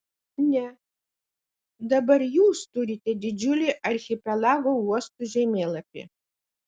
ne dabar jūs turite didžiulį archipelago uostų žemėlapį